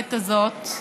המערכת הזאת.